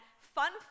fun